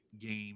game